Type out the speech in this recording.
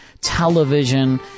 television